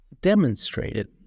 demonstrated